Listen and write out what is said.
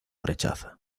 rechaza